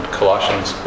Colossians